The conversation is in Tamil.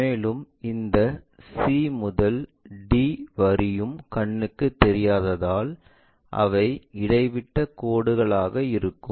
மேலும் இந்த c முதல் d வரியும் கண்ணுக்கு தெரியாததால் அவை இடைவிட்டக் கோடுகள் ஆக இருக்கும்